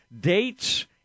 dates